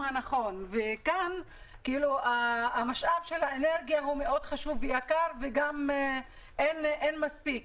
כאן המשאב של האנרגיה הוא מאוד חשוב ויקר וגם אין מספיק.